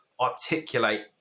articulate